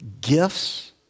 gifts